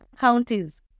counties